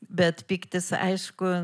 bet pyktis aišku